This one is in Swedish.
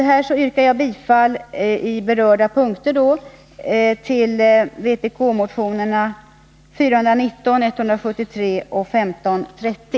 Med det sagda ber jag att på berörda punkter få yrka bifall till vpk-motionerna 419, 173 och 1530.